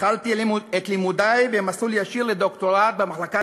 התחלתי את לימודי במסלול ישיר לדוקטורט במחלקה